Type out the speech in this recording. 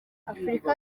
afurika